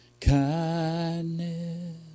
kindness